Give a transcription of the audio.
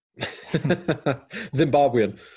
Zimbabwean